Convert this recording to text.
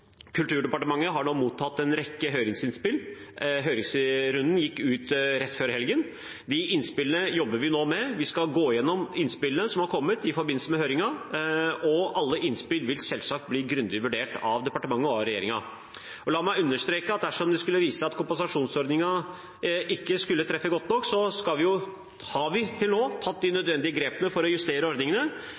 Kulturdepartementet har nå mottatt en rekke høringsinnspill, høringsfristen gikk ut rett før helgen. De innspillene jobber vi nå med. Vi skal gå gjennom innspillene som har kommet i forbindelse med høringen, og alle innspill vil selvsagt bli grundig vurdert av departementet og av regjeringen. La meg understreke at dersom det skulle vise seg at kompensasjonsordningen ikke skulle treffe godt nok, har vi til nå tatt de nødvendige grepene for å justere